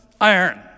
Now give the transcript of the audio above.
iron